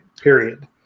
period